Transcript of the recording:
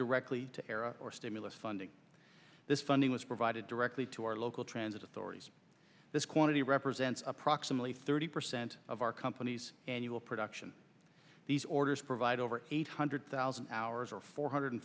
directly to air or stimulus funding this funding was provided directly to our local transit authorities this quantity represents approximately thirty percent of our company's annual production these orders provide over eight hundred thousand hours or four hundred